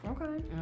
Okay